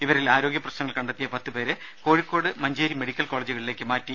ഇവരിൽ ആരോഗ്യ പ്രശ്നങ്ങൾ കണ്ടെത്തിയ പത്തു പേരെ കോഴിക്കോട് മഞ്ചേരി മെഡിക്കൽ കോളജുകളിലേക്ക് മാറ്റി